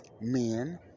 men